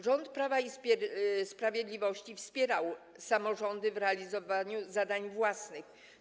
Rząd Prawa i Sprawiedliwości wspierał samorządy w realizowaniu zadań własnych.